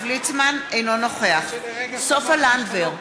אינו נוכח סופה לנדבר,